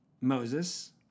Moses